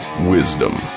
Wisdom